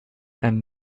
and